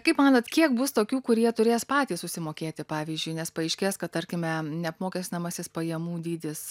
kaip manot kiek bus tokių kurie turės patys susimokėti pavyzdžiui nes paaiškės kad tarkime neapmokestinamasis pajamų dydis